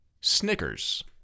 Snickers